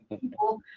people